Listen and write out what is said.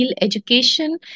education